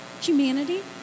humanity